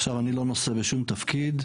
עכשיו אני לא נושא בשום תפקיד,